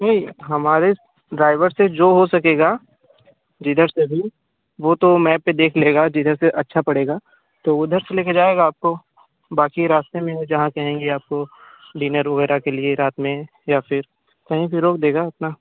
नहीं हमारे ड्राईवर से जो हो सकेगा जिधर से भी वह तो मैप पर देख लेगा जिधर से अच्छा पड़ेगा तो उधर से ले कर जाएगा आपको बाक़ी रास्ते में जहाँ कहेंगी आपको डिनर वग़ैरह के लिए रात में या फिर कहीं पर रोक देगा अपना